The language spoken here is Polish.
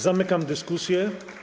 Zamykam dyskusję.